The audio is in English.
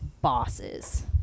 bosses